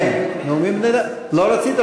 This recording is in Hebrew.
לא רצית?